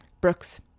Brooks